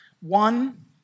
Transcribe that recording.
One